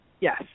yes